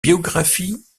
biographies